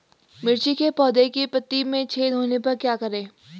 मिर्ची के पौधों के पत्तियों में छेद होने पर क्या करें?